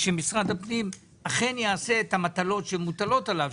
מקובל עלי שמשרד הפנים יעשה את המטלות שמוטלות עליו,